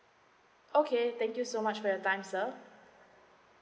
okay thank you so much for your time sir